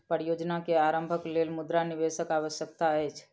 परियोजना के आरम्भक लेल मुद्रा निवेशक आवश्यकता अछि